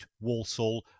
Walsall